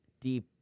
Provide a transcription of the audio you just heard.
deep